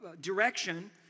direction